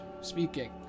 speaking